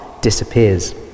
disappears